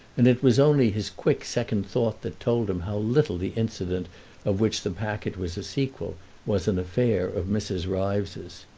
and it was only his quick second thought that told him how little the incident of which the packet was a sequel was an affair of mrs. ryves's.